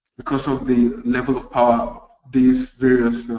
because of the level of power these various